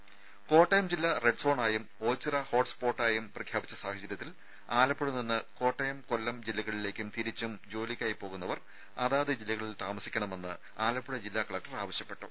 രുക കോട്ടയം ജില്ല റെഡ് സോണായും ഓച്ചിറ ഹോട്സ്പോട്ടായും പ്രഖ്യാപിച്ച സാഹചര്യത്തിൽ ആലപ്പുഴ നിന്ന് കോട്ടയം കൊല്ലം ജില്ലകളിലേക്കും തിരിച്ചും ജോലിക്കായി പോകുന്നവർ അതാത് ജില്ലകളിൽ താമസിക്കണമെന്ന് ആലപ്പുഴ ജില്ലാ കലക്ടർ ആവശ്യപ്പെട്ടു